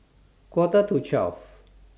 Quarter to twelve